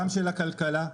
כלכלה,